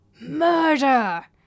Murder